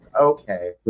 okay